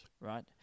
right